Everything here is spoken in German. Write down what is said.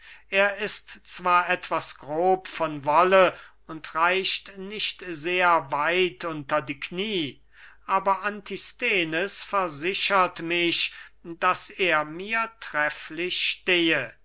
er ist zwar etwas grob von wolle und reicht nicht sehr weit unter die knie aber antisthenes versichert mich daß er mir trefflich stehe